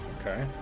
Okay